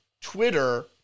Twitter